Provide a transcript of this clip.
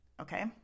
okay